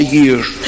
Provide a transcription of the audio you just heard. years